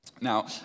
Now